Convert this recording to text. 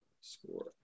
score